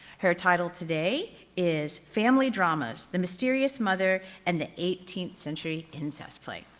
her title today is family dramas, the mysterious mother and the eighteenth century incest play.